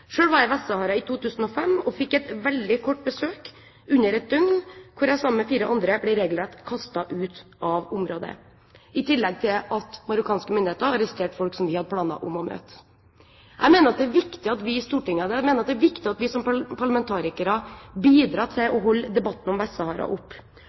var jeg i Vest-Sahara i 2005 og fikk et veldig kort besøk – under ett døgn – da jeg sammen med fire andre regelrett ble kastet ut av området, i tillegg til at marokkanske myndigheter arresterte folk som vi hadde planer om å møte. Jeg mener det er viktig at vi som parlamentarikere bidrar til å holde debatten om Vest-Sahara oppe. Det er viktig at vi